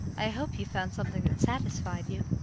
i hope you found something that satisfied you.